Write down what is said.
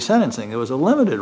resentencing it was a limited